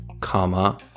comma